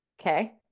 Okay